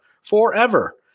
forever